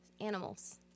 animals